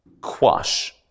Quash